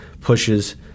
pushes